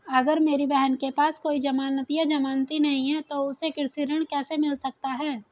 अगर मेरी बहन के पास कोई जमानत या जमानती नहीं है तो उसे कृषि ऋण कैसे मिल सकता है?